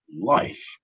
life